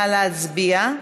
נא להצביע.